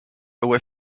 away